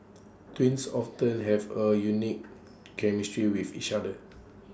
twins often have A unique chemistry with each other